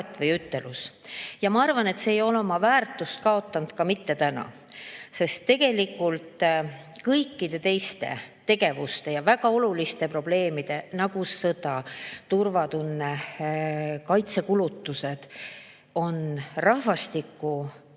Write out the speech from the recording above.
ja ma arvan, et see ei ole oma väärtust kaotanud ka täna, sest tegelikult kõikide teiste tegevuste ja väga oluliste probleemide kõrval, nagu sõda, turvatunne, kaitsekulutused, on rahvastiku